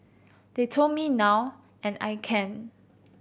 they told me now and I can